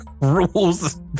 rules